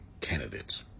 candidates